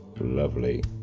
lovely